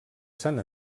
sant